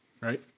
right